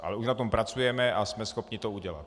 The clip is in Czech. Ale už na tom pracujeme a jsme schopni to udělat.